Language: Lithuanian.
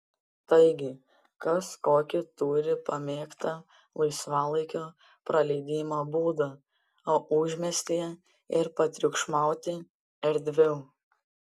taigi kas kokį turi pamėgtą laisvalaikio praleidimo būdą o užmiestyje ir patriukšmauti erdviau